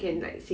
mm